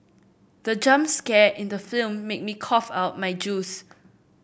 the jump scare in the film made me cough out my juice